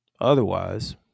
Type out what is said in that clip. Otherwise